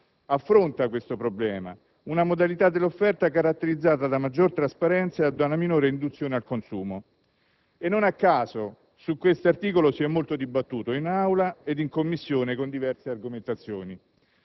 promuovere una diversa modalità dell'offerta, caratterizzata da una maggiore trasparenza e da una minore induzione al consumo. Non a caso, su questo articolo si è molto dibattuto in Aula e in Commissione, con diverse argomentazioni.